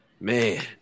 man